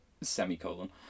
Semicolon